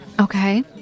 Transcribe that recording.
Okay